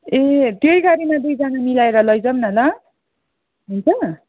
ए त्यही गाडीमा दुईजना मिलाएर लैजाउँ न ल हुन्छ